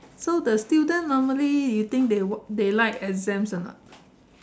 so the student normally you think they they like exams or not